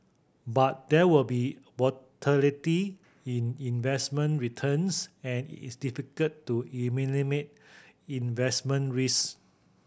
but there will be in investment returns and it is difficult to eliminate investment risk